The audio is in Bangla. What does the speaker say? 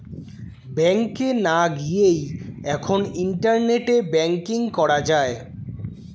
ব্যাংকে না গিয়েই এখন ইন্টারনেটে ব্যাঙ্কিং করা যায়